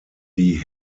die